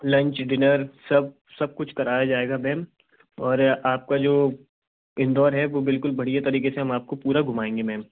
lunch dinner सब सब कुछ कराया जाएगा मैम और आपका जो इंदौर है वह बिल्कुल बढ़िया तरीक़े से हम आपको पूरा घुमाएँगे मैम